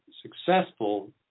successful